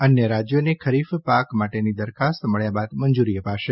અન્ય રાજ્યોને ખરીફ પાક માટેની દરખાસ્ત મળ્યા બાદ મંજુરી અપાશે